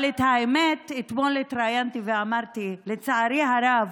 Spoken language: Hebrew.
אבל את האמת, אתמול התראיינתי ואמרתי: לצערי הרב,